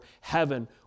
heaven